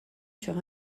sur